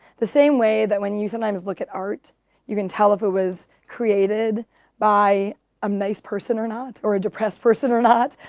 the same way that when you sometimes look at art you can tell if it was created by a um nice person or not or a depressed person or not.